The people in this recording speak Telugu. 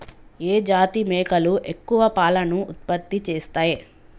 ఏ జాతి మేకలు ఎక్కువ పాలను ఉత్పత్తి చేస్తయ్?